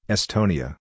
Estonia